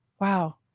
Wow